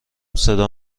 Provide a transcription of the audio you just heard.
صدا